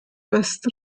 west